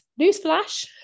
Newsflash